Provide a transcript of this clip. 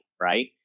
right